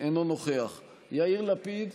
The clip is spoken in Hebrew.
ירי בכל מקום במולדת הזאת, משני עברי הקו הירוק.